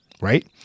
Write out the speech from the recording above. right